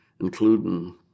including